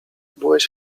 byłeś